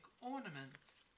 ornaments